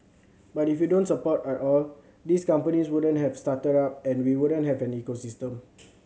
but if you don't support at all these companies wouldn't have started up and we wouldn't have an ecosystem